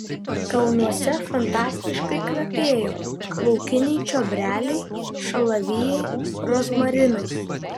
kalnuose fantastiškai kvepėjo laukiniai čiobreliai šalavijai rozmarinai